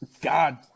God